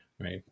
right